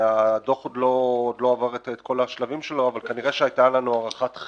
הדוח עוד לא עבר את כל השלבים שלו אבל כנראה הייתה לנו הערכת-חסר